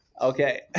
Okay